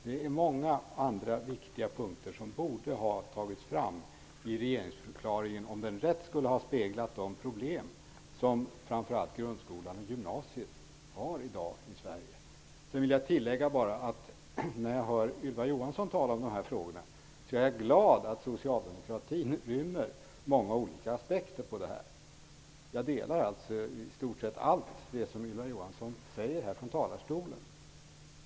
Det finns alltså många andra viktiga punkter som borde ha tagits fram i regeringsförklaringen för att denna rätt skulle ha speglat de problem som framför allt grundskolan och gymnasiet har i Sverige i dag. Så vill jag bara tillägga att när jag hör Ylva Johansson tala om de här frågorna är jag glad att socialdemokratin rymmer många olika aspekter. Jag håller med om i stort sett allt som Ylva Johansson här säger från talarstolen.